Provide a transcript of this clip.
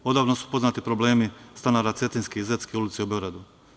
Odavno su poznati problemi stanara Cetinjske i Zetske ulice u Beogradu.